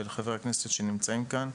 ולחברי הכנסת שנמצאים כאן.